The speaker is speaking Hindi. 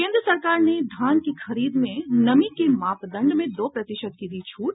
केन्द्र सरकार ने धान की खरीद में नमी के मापदंड में दो प्रतिशत की दी छूट